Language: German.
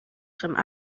drinnen